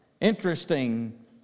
interesting